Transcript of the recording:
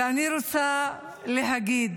ואני רוצה להגיד